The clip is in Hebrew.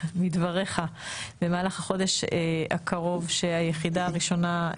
מדבריך, שהיחידה הראשונה,